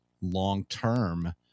long-term